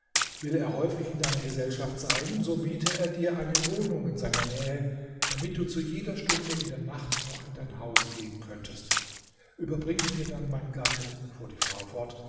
will er häufig in deiner gesellschaft sein so miete er dir eine wohnung in seiner nähe damit du zu jeder stunde in der nacht noch in dein haus geben könntest überbringt mir dann mein gatte fuhr die frau fort